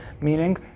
meaning